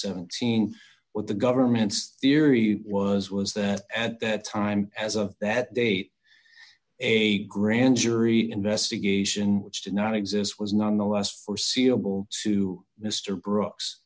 seventeen what the government's theory was was that at that time as a that day a grand jury investigation which did not exist was nonetheless foreseeable to mr gro